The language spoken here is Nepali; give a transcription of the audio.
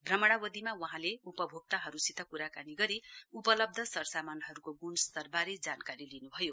भ्रमणावधिमा वहाँले उपभोक्ताहरूसित कुराकानी गरी उपलब्ध सरसामानहरूको गुणस्तरबारे जानकारी लिनुभयो